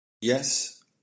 Yes